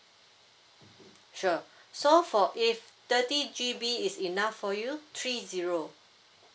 sure so for if thirty G_B is enough for you three zero